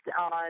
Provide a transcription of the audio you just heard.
on